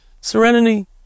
Serenity